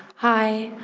hi,